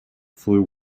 flew